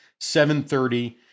730